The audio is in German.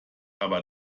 aber